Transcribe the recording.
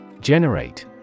Generate